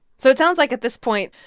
so it sounds like, at this point,